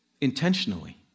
intentionally